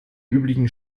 üblichen